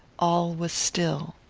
all was still.